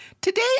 Today